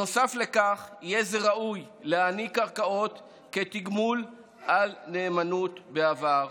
נוסף לכך יהיה זה ראוי להעניק קרקעות כתגמול על נאמנות בעבר.